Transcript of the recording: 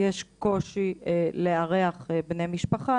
יש קושי לארח בני משפחה.